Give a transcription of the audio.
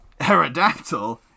Aerodactyl